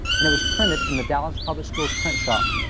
and was printed in the dallas public school's print shop.